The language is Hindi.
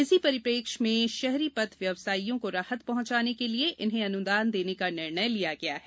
इसी परिप्रेक्ष्य में शहरी पथ व्यवसायियों को राहत पहुँचाने के लिए इन्हें अनुदान देने का निर्णय लिया गया है